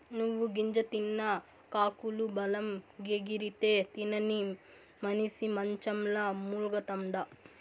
నువ్వు గింజ తిన్న కాకులు బలంగెగిరితే, తినని మనిసి మంచంల మూల్గతండా